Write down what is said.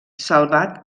salvat